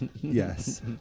Yes